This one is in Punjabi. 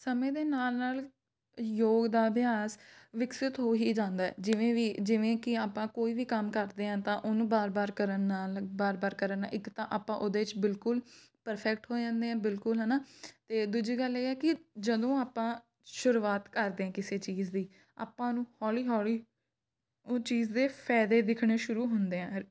ਸਮੇਂ ਦੇ ਨਾਲ ਨਾਲ ਯੋਗ ਦਾ ਅਭਿਆਸ ਵਿਕਸਿਤ ਹੋ ਹੀ ਜਾਂਦਾ ਜਿਵੇਂ ਵੀ ਜਿਵੇਂ ਕਿ ਆਪਾਂ ਕੋਈ ਵੀ ਕੰਮ ਕਰਦੇ ਹਾਂ ਤਾਂ ਉਹਨੂੰ ਬਾਰ ਬਾਰ ਕਰਨ ਨਾਲ ਬਾਰ ਬਾਰ ਕਰਨ ਇੱਕ ਤਾਂ ਆਪਾਂ ਉਹਦੇ 'ਚ ਬਿਲਕੁਲ ਪਰਫੈਕਟ ਹੋ ਜਾਂਦੇ ਹਾਂ ਬਿਲਕੁਲ ਹੈ ਨਾ ਅਤੇ ਦੂਜੀ ਗੱਲ ਇਹ ਹੈ ਕਿ ਜਦੋਂ ਆਪਾਂ ਸ਼ੁਰੂਆਤ ਕਰਦੇ ਹਾਂ ਕਿਸੇ ਚੀਜ਼ ਦੀ ਆਪਾਂ ਨੂੰ ਹੌਲੀ ਹੌਲੀ ਉਹ ਚੀਜ਼ ਦੇ ਫਾਇਦੇ ਦਿਖਣੇ ਸ਼ੁਰੂ ਹੁੰਦੇ ਆ